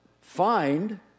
Find